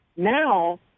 Now